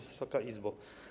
Wysoka Izbo!